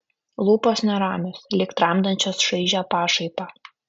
lūpos neramios lyg tramdančios šaižią pašaipą